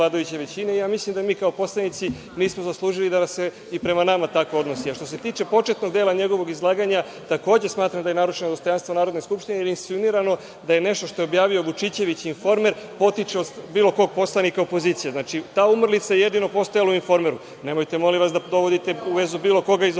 i mislim da mi kao poslanici nismo zaslužili da se i prema nama tako odnosi. Što se tiče početnog dela njegovog izlaganja, takođe smatram da je narušeno dostojanstvo Narodne skupštine jer je insinuirano da je nešto što je objavio Vučićević i „Informer“ potiče od bilo kog poslanika opozicije. Znači, ta umrlica je jedino postojala u „Informeru“. Nemojte molim vas da dovodite u vezu bilo koga iz opozicije,